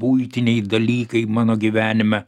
buitiniai dalykai mano gyvenime